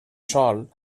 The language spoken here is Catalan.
sòl